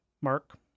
Mark